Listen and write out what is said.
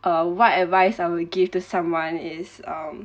uh what advice I will give to someone is um